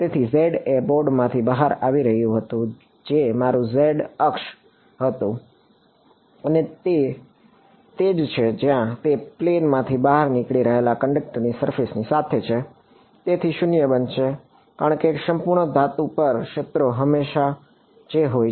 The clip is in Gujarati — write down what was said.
તેથી z એ બોર્ડમાંથી બહાર આવી રહ્યું હતું જે મારું પર ક્ષેત્રો હંમેશાં જે હોય છે